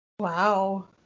Wow